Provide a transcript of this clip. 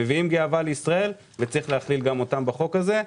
מביאים גאווה לישראל ויש להכליל גם אותם בחוק הזה.